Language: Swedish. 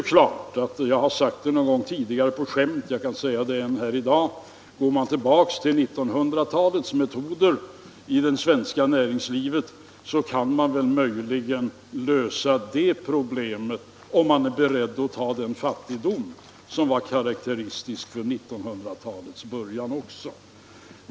Jag har sagt det tidigare på skämt, och jag kan säga det här i dag: går man tillbaka till de metoder som användes i början av 1900-talet i det svenska näringslivet, kan man möjligen lösa det problemet — om man också är beredd att ta den fattigdom som var karakteristisk för 1900-talets början.